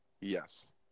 Yes